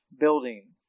building